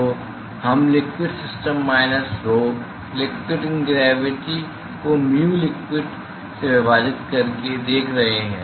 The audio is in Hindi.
तो हम liquid system minus rho liquid in gravity को म्यू लिक्विड से विभाजित करके देख रहे हैं